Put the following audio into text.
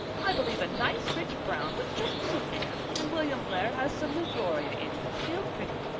i believe a nice rich brown would just suit anne, and william blair has some new gloria in that's real pretty.